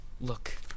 Look